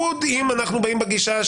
מה שאמרה עכשיו לימור זאת הנקודה.